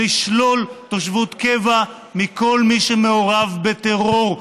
ולשלול תושבות קבע מכל מי שמעורב בטרור,